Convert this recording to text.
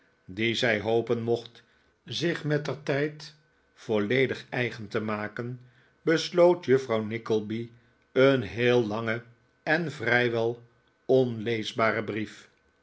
die zij hopen mocht zich mettertijd voiledig eigen te maken besloot juffrouw nickleby een heel langen en vrijwel onleesbaren brief